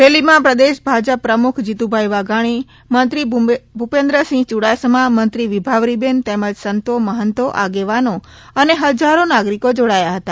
રેલીમાં પ્રદેશ ભાજપ પ્રમુખ જીતુભાઈ વાધાણી મંત્રી ભુપેન્દ્ર સીંહ યુડાસમાનું મંત્રી વિભાવરી બેન તેમજ સંતો મંહતો આગેવાનો અને હજારો નાગરીકો જોડાયા હતા